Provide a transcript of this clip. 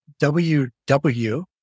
WW